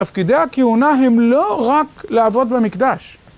תפקידי הכהונה הם לא רק לעבוד במקדש.